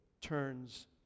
turns